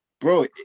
bro